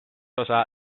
osa